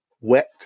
wet